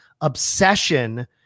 obsession